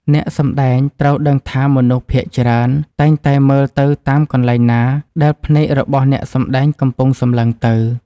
អ្នកសម្តែងត្រូវដឹងថាមនុស្សភាគច្រើនតែងតែមើលទៅតាមកន្លែងណាដែលភ្នែករបស់អ្នកសម្តែងកំពុងសម្លឹងទៅ។